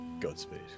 godspeed